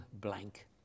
blank